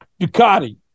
Ducati